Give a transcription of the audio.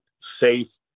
safe